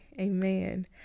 amen